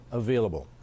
available